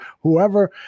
whoever